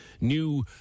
new